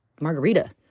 margarita